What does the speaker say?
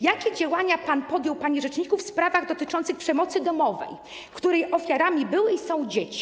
Jakie działania pan podjął, panie rzeczniku, w sprawach dotyczących przemocy domowej, w której ofiarami były i są dzieci?